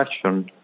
question